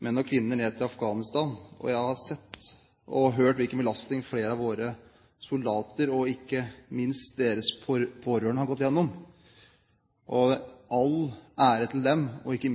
menn og kvinner ned til Afghanistan. Jeg har sett og hørt hvilken belastning flere av våre soldater og ikke minst deres pårørende hjemme har gått igjennom – all ære til dem. Jeg